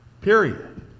period